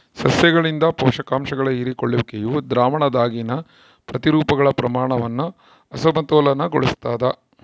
ಸಸ್ಯಗಳಿಂದ ಪೋಷಕಾಂಶಗಳ ಹೀರಿಕೊಳ್ಳುವಿಕೆಯು ದ್ರಾವಣದಾಗಿನ ಪ್ರತಿರೂಪಗಳ ಪ್ರಮಾಣವನ್ನು ಅಸಮತೋಲನಗೊಳಿಸ್ತದ